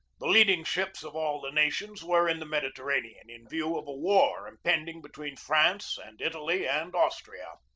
the leading ships of all the nations were in the mediterranean, in view of a war impending between france and italy and austria.